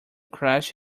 crashed